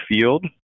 field